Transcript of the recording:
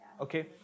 okay